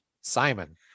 simon